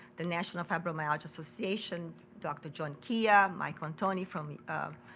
the national fibromyalgia association, dr. john chia, michael antoni from the